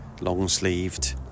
long-sleeved